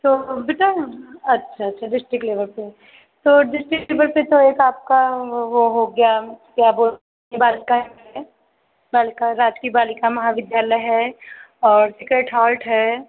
तो बेटा अच्छा अच्छा डिस्ट्रिक्ट लेबल पर तो डिस्ट्रिक्ट लेबल पर तो एक आपका वो हो गया क्या बोलते बालिका महाविद्यालय बालिका राजकीय बालिका महा विद्यालय है और सेक्रड हार्ट है